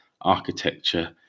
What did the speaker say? architecture